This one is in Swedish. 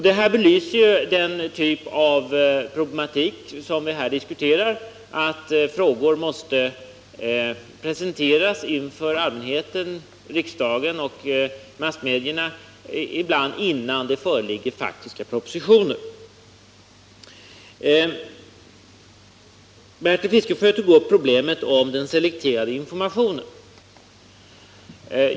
Det här belyser den typ av problematik vi diskuterar. Frågor måste ibland presenteras inför allmänheten, riksdagen och massmedierna innan det föreligger faktiska propositioner. Bertil Fiskesjö tog upp problemet om den selekterade informationen.